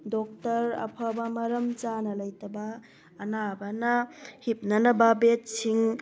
doctor ꯑꯐꯕ ꯃꯔꯝ ꯆꯥꯅ ꯂꯩꯇꯕ ꯑꯅꯥꯕꯅ ꯍꯤꯞꯅꯅꯕ ꯕꯦꯠꯁꯤꯡ